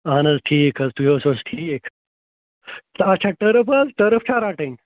اَہَن حظ ٹھیٖک حظ تُہۍ ٲسِو حظ ٹھیٖک کیٛاہ آچھا ٹٔرٕف حظ ٹٔرٕف چھا رَٹٕنۍ